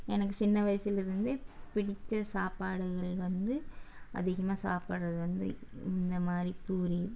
எனக்கு சின்ன வயசுலிருந்தே பிடித்த சாப்பாடுகள் வந்து அதிகமாக சாப்பிட்றது வந்து இந்தமாதிரி பூரி